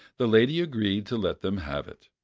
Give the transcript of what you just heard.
the lady agreed to let them have it.